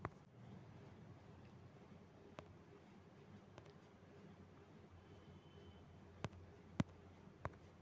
Rate ಯಾಕೆ ಏರಿಳಿತ ಆಗ್ತಾವ?